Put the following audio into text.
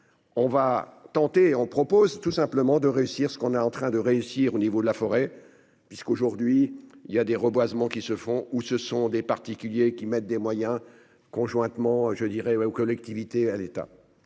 On va tenter on propose tout simplement de réussir ce qu'on est en train de réussir au niveau de la forêt, puisqu'aujourd'hui il y a des reboisements qui se font ou ce sont des particuliers qui mettent des moyens conjointement je dirais oui aux collectivités à l'État.